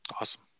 Awesome